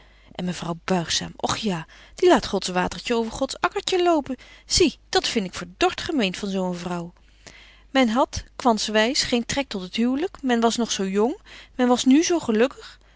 en mevrouw buigzaam och ja die laat gods watertje over gods akkertje lopen zie dat vind ik verdord gemeen van zo een vrouw men hadt kwanswys geen trek tot het huwlyk men was nog zo jong men was nu zo gelukkig